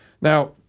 Now